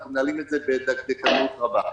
אנחנו מנהלים את זה בדקדקנות רבה.